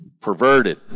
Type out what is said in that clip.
perverted